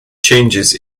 changes